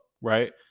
right